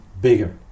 bigger